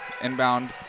Inbound